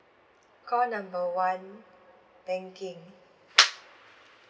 call number one banking